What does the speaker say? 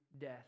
death